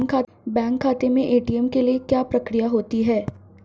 Bank खाते में ATM के लिए क्या प्रक्रिया होती है?